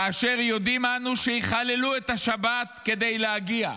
כאשר יודעים אנו שיחללו את השבת כדי להגיע,